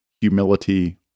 humility